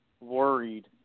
worried